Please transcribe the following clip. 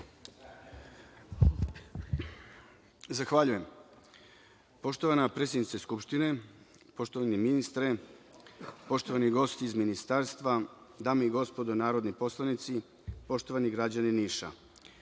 Zahvaljujem. Poštovana predsednice Skupštine, poštovani ministre, poštovani gosti iz ministarstva, dame i gospodo narodni poslanici, poštovani građani Niša,